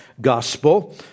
gospel